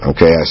Okay